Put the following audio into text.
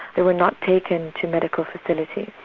they were not taken to medical facilities.